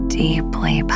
deeply